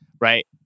Right